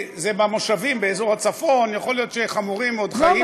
במושבים באזור הצפון יכול להיות שחמורים עוד חיים,